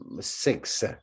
six